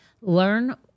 Learn